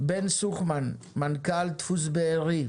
נהפוך הוא.